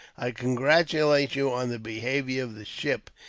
i congratulate you on the behaviour of the ship.